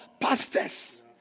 pastors